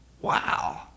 Wow